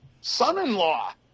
son-in-law